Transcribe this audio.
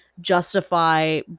justify